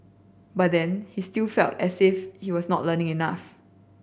but then he still felt as if he was not learning enough